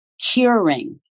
Curing